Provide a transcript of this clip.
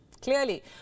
Clearly